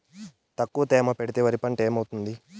తక్కువ తేమ పెడితే వరి పంట ఏమవుతుంది